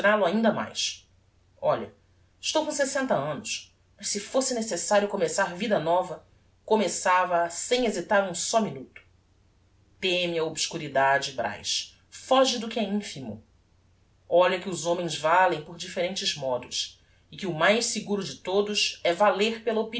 e illustral o ainda mais olha estou com sessenta annos mas se fosse necessário começar vida nova começava a sem hesitar um só minuto teme a obscuridade braz foge do que é infimo olha que os homens valem por differentes modos e que o mais seguro de todos é valer